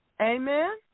Amen